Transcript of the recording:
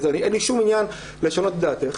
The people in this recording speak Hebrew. אין לי שום עניין לשנות את דעתך.